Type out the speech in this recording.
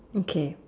okay